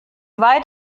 weit